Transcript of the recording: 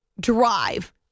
drive